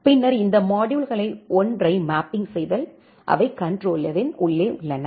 பின்னர் இந்த மாடுயூல்களில் ஒன்றை மேப்பிங் செய்தல் அவை கண்ட்ரோலர்யின் உள்ளே உள்ளன